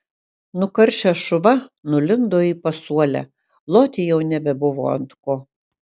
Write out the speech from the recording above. nukaršęs šuva nulindo į pasuolę loti jau nebebuvo ant ko